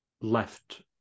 left